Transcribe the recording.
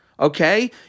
Okay